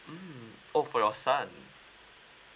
mm oh for your son